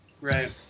Right